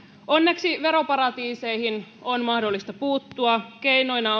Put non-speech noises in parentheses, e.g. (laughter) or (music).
onneksi veroparatiiseihin on mahdollista puuttua keinoina (unintelligible)